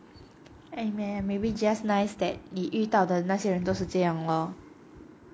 and maybe maybe just nice that 你遇到的那些人都是这样 lor